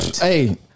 Hey